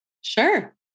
Sure